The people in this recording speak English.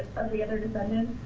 the other defendants.